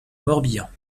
morbihan